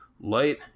Light